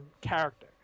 character